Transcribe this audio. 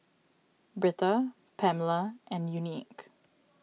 Britta Pamala and Unique